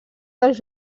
dels